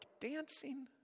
dancing